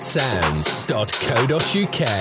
sounds.co.uk